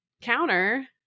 counter